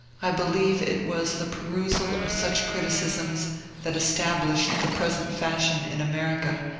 i believe it was the perusal of such criticisms that established the present fashion in america,